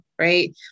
Right